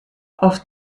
auf